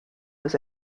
was